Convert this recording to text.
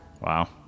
Wow